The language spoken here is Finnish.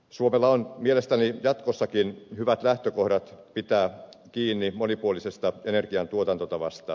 suomella on mielestäni jatkossakin hyvät lähtökohdat pitää kiinni monipuolisesta energiantuotantotavasta